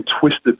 twisted